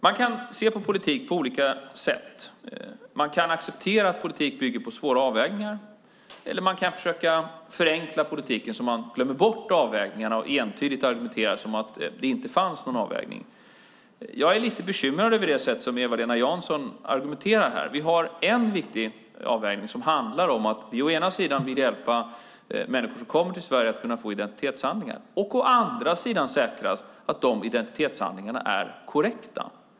Man kan se på politik på olika sätt. Man kan acceptera att politik bygger på svåra avvägningar, eller man kan försöka förenkla politiken så att man glömmer bort avvägningarna och entydigt argumenterar som att det inte finns någon avvägning. Jag är lite bekymrad över det sätt som Eva-Lena Jansson argumenterar på här. Vi har en viktig avvägning som handlar om att vi å ena sidan vill hjälpa människor som kommer till Sverige att få identitetshandlingar och å andra sidan säkra att de identitetshandlingarna är korrekta.